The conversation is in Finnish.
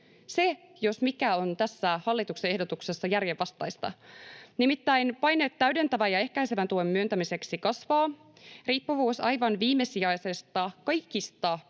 Se, jos mikä, on tässä hallituksen ehdotuksessa järjenvastaista. Nimittäin paineet täydentävän ja ehkäisevän tuen myöntämiseksi kasvavat, riippuvuus aivan viimesijaisesta, kaikista